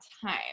time